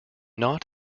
not